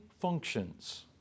functions